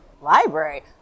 Library